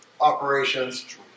operations